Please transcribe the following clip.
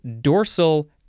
dorsal